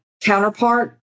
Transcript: counterpart